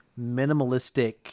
minimalistic